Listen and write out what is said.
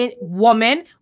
woman